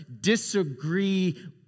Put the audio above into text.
disagree